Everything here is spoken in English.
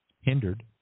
hindered